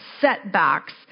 setbacks